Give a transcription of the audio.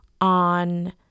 on